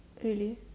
really